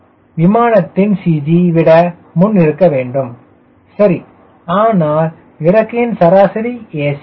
c விமானத்தின் CG விட முன் இருக்க வேண்டும் சரி ஆனால் இறக்கையின் சராசரி a